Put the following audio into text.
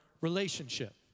relationship